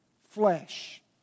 flesh